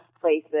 places